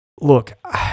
look